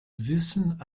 wissen